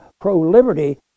pro-liberty